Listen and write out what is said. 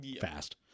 Fast